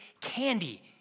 candy